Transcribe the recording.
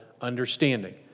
understanding